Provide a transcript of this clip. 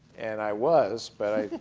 and i was, but i